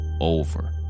over